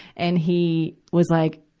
and he was like,